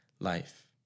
life